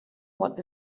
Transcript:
what